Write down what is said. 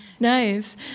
nice